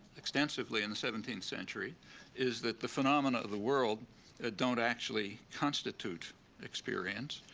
extensively in the seventeenth century is that the phenomena of the world ah don't actually constitute experience,